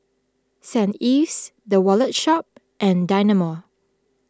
Saint Ives the Wallet Shop and Dynamo